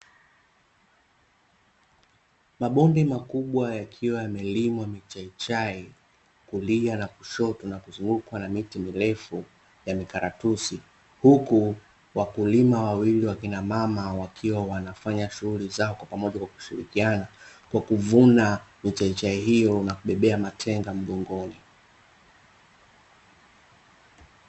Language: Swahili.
Mabonde makubwa yakiwa yamelimwa michaichai, kulia na kushoto na kuzungukwa na miti mirefu ya mikaratusi. Huku wakulima wawili (wakina mama), wakiwa wanafanya shughuli zao kwa pamoja kwa kushirikiana, kwa kuvuna michaichai hiyo na kubebea matenga mgongoni.